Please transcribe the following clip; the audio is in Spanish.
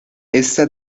esta